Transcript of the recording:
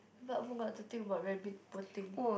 but [oh]-my-god to think about rabbit poor thing